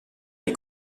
nei